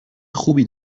خوبی